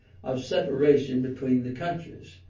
of separation between the countries,